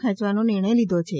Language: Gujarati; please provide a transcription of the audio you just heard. ખેંચવાનો નિર્ણય લીધો છે